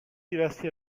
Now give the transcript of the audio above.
diversi